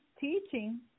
teaching